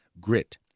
grit